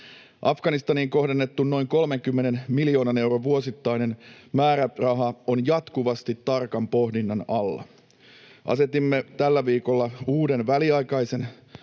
Afganistaniin kohdennettu noin 30 miljoonan euron vuosittainen määräraha on jatkuvasti tarkan pohdinnan alla. Asetimme tällä viikolla uuden väliaikaisen